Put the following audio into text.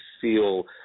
feel